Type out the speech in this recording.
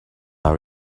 our